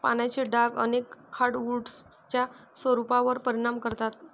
पानांचे डाग अनेक हार्डवुड्सच्या स्वरूपावर परिणाम करतात